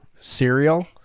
cereal